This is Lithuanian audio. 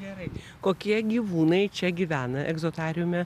gerai kokie gyvūnai čia gyvena egzotariume